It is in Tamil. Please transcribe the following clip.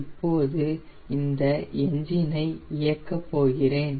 இப்போது இந்த என்ஜின் ஐ இயக்க போகிறேன்